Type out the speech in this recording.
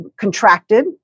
contracted